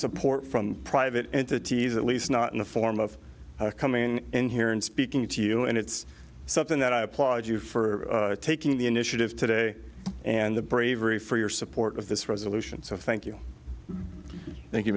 support from private entities at least not in the form of coming in here and speaking to you and it's something that i applaud you for taking the initiative today and the bravery for your support of this resolution so thank you thank you